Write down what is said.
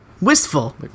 Wistful